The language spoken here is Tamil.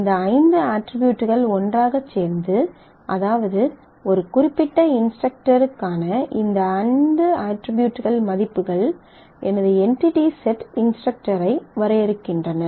இந்த 5 அட்ரிபியூட்கள் ஒன்றாகச் சேர்ந்து அதாவது ஒரு குறிப்பிட்ட இன்ஸ்டரக்டருக்கான இந்த 5 அட்ரிபியூட்களின் மதிப்புகள் எனது என்டிடி செட் இன்ஸ்டரக்டரை வரையறுக்கின்றன